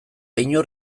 inor